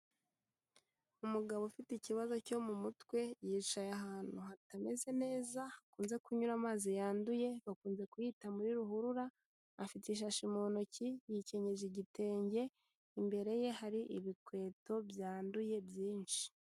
Umugabo ufite ikibazo cyo mu mutwe yicaye ahantu hatameze neza, hakunze kunyura amazi yanduye, bakunze kuhita muri ruhurura, afite ishashi mu ntoki, yikenyeje igitenge, imbere ye hari ibikweto byanduye byinshi.